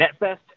NetFest